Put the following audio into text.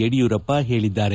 ಯಡಿಯೂರಪ್ಪ ಹೇಳಿದ್ದಾರೆ